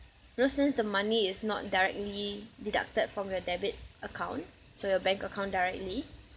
you know since the money is not directly deducted from your debit account so your bank account directly